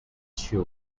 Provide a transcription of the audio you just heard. sure